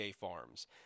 Farms